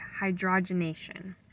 hydrogenation